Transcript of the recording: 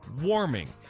warming